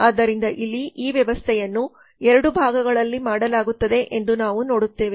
ಆದ್ದರಿಂದ ಇಲ್ಲಿ ಈ ವ್ಯವಸ್ಥೆಯನ್ನು 2ಭಾಗಗಳಲ್ಲಿಮಾಡಲಾಗುತ್ತದೆ ಎಂದು ನಾವು ನೋಡುತ್ತೇವೆ